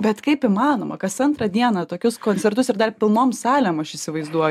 bet kaip įmanoma kas antrą dieną tokius koncertus ir dar pilnom salėm aš įsivaizduoju taip